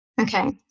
Okay